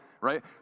right